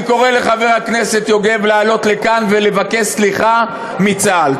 אני קורא לחבר הכנסת יוגב לעלות לכאן ולבקש סליחה מצה"ל.